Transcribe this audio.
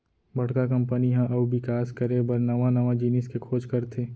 बड़का कंपनी ह अउ बिकास करे बर नवा नवा जिनिस के खोज करथे